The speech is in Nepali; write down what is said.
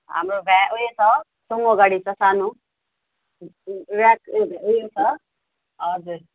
हाम्रो भ्या उयो छ सुमो गाडी छ सानो ऱ्याप उयो छ हजुर